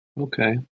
okay